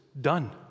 done